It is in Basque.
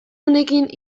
honekin